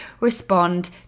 respond